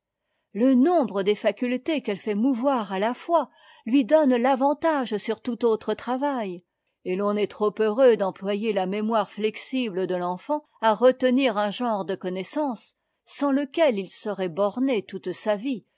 le nombre des facultés qu'elle fait mouvoir e à la fois lui donne l'avantage sur tout autre travai et l'on est trop heureux d'employer la mée moire flexible de l'enfant à retenir un genre de il connaissances sans lequel il serait borné toute sa e vie